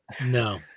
No